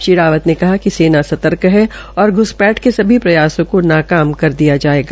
श्री रावत ने कहा कि सेना सर्तक है और घुसपैठ के सभी प्रयासों को नकाम कर दिया जायेगा